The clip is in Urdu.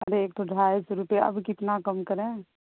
ارے ایک تو ڈھائی سو روپئے اب کتنا کم کریں